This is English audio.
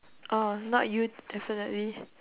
oh not you definitely